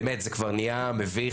באמת זה כבר נהיה מביך,